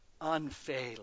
unfailing